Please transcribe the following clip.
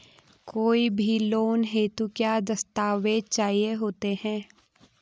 कोई भी लोन हेतु क्या दस्तावेज़ चाहिए होते हैं?